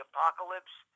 Apocalypse